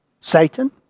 Satan